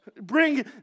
Bring